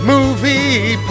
Movie